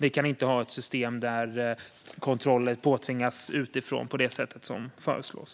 Vi kan inte ha ett system där kontroller påtvingas utifrån på det sätt som föreslås.